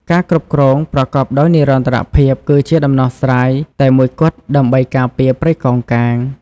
ការគ្រប់គ្រងប្រកបដោយនិរន្តរភាព គឺជាដំណោះស្រាយតែមួយគត់ ដើម្បីការពារព្រៃកោងកាង។